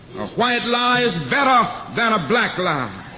a white lie is better than a black lie.